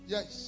Yes